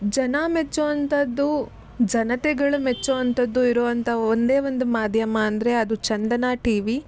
ಜನ ಮೆಚ್ಚುವಂಥದ್ದು ಜನತೆಗಳು ಮೆಚ್ಚುವಂಥದ್ದು ಇರುವಂಥ ಒಂದೇ ಒಂದು ಮಾಧ್ಯಮ ಅಂದರೆ ಅದು ಚಂದನ ಟಿವಿ